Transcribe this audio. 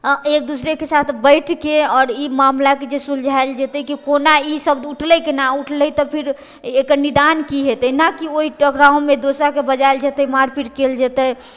एक दोसराके साथ बैठके आओर ई मामिलाके जे सुलझायल जेतै कि कोना ई शब्द उठलै कोना उठलै तऽ फेर एकर निदान की हेतै ने कि ओइ टकरावमे दोसराके बजायल जेतै मारिपीट कयल जेतै